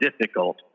difficult